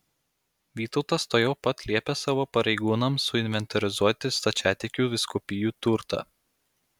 vytautas tuojau pat liepė savo pareigūnams suinventorizuoti stačiatikių vyskupijų turtą